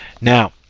Now